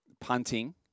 punting